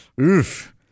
Oof